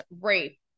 rape